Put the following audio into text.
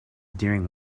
during